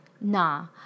Nah